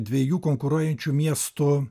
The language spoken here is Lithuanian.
dviejų konkuruojančių miestų